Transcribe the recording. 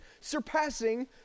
surpassing